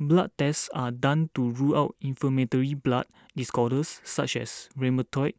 blood tests are done to rule out inflammatory blood disorders such as rheumatoid